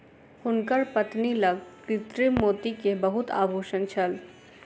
हुनकर पत्नी लग कृत्रिम मोती के बहुत आभूषण छल